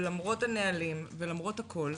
ולמרות הנהלים ולמרות הכול,